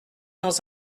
dans